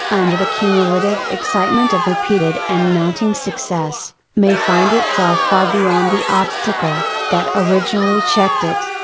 under the cumulative excitement of repeated and mounting success, may find itself far beyond the obstacle, that originally checked it.